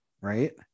right